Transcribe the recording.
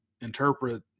interpret